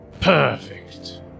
Perfect